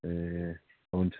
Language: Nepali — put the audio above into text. ए हुन्छ